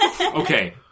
okay